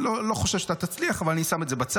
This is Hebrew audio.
אני לא חושב שאתה תצליח, אבל אני שם את זה בצד.